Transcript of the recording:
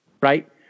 right